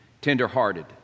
tenderhearted